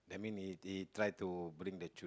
you mean he he try to bring the child~